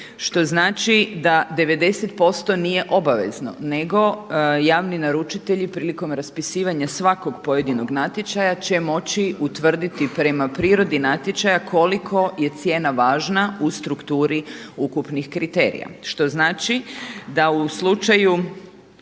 što znači da 90% nije obavezno nego javni naručitelji prilikom raspisivanja svakog pojedinog natječaja će moći utvrditi prema prirodi natječaja koliko je cijena važna u strukturi ukupnih kriterija što znači da u slučaju